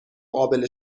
قابل